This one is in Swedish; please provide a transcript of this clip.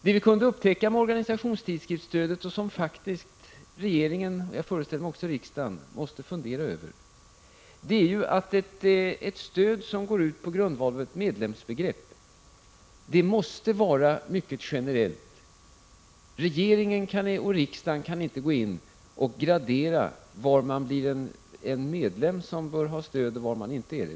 Det vi kunde upptäcka i fråga om organisationstidskriftsstödet och som faktiskt regeringen, och jag föreställer mig även riksdagen, måste fundera över är att ett stöd som går ut på grundval av ett medlemsbegrepp måste vara mycket generellt. Regeringen och riksdagen kan inte bestämma var det finns medlemmar som berättigar till stöd och var sådana inte finns.